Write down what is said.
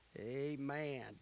Amen